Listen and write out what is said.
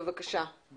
הוא לא